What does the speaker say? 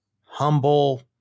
humble